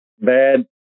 bad